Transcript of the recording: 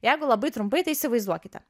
jeigu labai trumpai tai įsivaizduokite